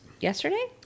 yesterday